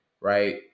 right